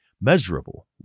Measurable